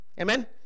Amen